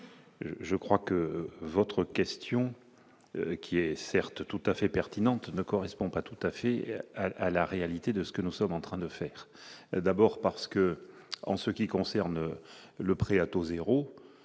je crois que votre question qui est certes tout à fait pertinent qui ne correspond pas tout à fait à la réalité de ce que nous sommes en train de faire d'abord parce que en ce qui concerne le prêt à